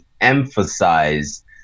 emphasize